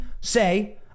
say